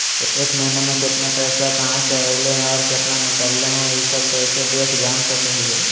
एक महीना में केतना पैसा कहा से अयले है और केतना निकले हैं, ई सब कैसे देख जान सको हियय?